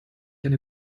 eine